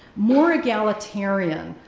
more egalitarian,